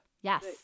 Yes